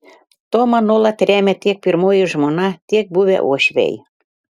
tomą nuolat remia tiek pirmoji žmona tiek buvę uošviai